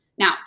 Now